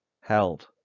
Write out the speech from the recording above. held